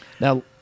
Now